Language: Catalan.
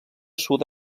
sud